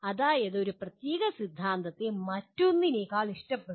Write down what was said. അതായത് ഒരു പ്രത്യേക സിദ്ധാന്തത്തെ മറ്റൊന്നിനേക്കാൾ ഇഷ്ടപ്പെടുന്നു